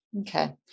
Okay